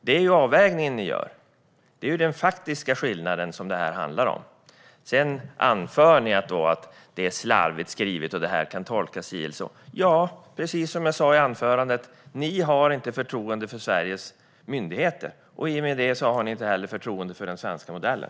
Det är den avvägning ni gör och den faktiska skillnad som detta handlar om. Sedan anför ni att det är slarvigt skrivet och kan tolkas si eller så. Ja, precis som jag sa i anförandet: Ni har inte förtroende för Sveriges myndigheter, och därmed har ni inte heller förtroende för den svenska modellen.